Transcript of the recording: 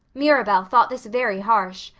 mirabel thought this very harsh.